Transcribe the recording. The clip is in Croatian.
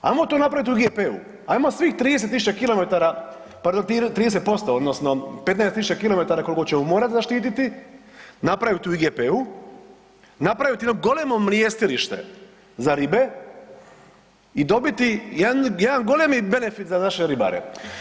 Ajmo to napraviti u IGP-u, ajmo svih 30.000 km, pardon 30% odnosno 15.000 km koliko ćemo morati zaštiti napraviti u IGP-u napraviti jedno golemo mrjestilište za ribe i dobiti jedan golemi benefit za naše ribare.